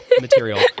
material